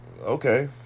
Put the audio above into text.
Okay